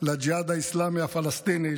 לג'יהאד האסלאמי הפלסטיני,